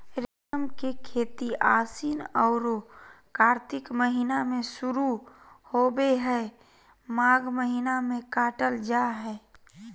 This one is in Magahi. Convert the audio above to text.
रेशम के खेती आशिन औरो कार्तिक महीना में शुरू होबे हइ, माघ महीना में काटल जा हइ